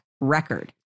record